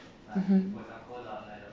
mm